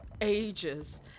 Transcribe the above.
ages